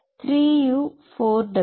3 u 4 w